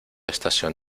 estación